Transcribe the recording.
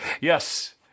Yes